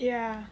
yeah